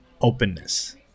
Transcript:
openness